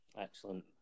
Excellent